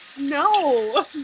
No